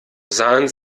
sahen